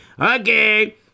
Okay